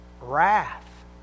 wrath